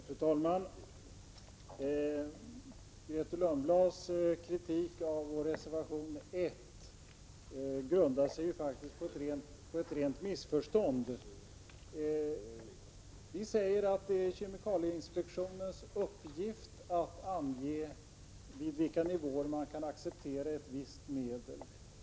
Fru talman! Grethe Lundblads kritik av vår reservation 1 grundar sig faktiskt på ett rent missförstånd. Vi säger att det är kemikalieinspektionens uppgift att ange vid vilka nivåer ett visst medel kan accepteras.